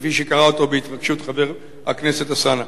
כפי שקרא אותו בהתרגשות חבר הכנסת אלסאנע.